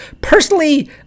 personally